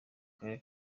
karere